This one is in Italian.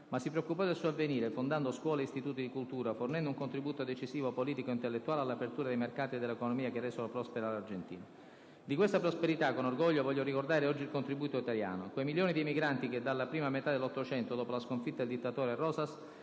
ma si preoccupò del suo avvenire, fondando scuole e istituti di cultura, fornendo un contributo decisivo politico e intellettuale all'apertura dei mercati e dell'economia che resero prospera l'Argentina. Di questa prosperità, con orgoglio, voglio ricordare oggi il contributo italiano. Quei milioni di emigranti che dalla prima metà dell'800, dopo la sconfitta del dittatore Rosas,